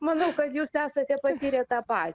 manau kad jūs esate patyrę tą patį